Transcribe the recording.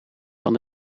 van